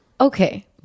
Okay